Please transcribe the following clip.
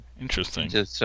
interesting